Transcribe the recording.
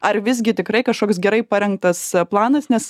ar visgi tikrai kažkoks gerai parengtas planas nes